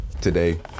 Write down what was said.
today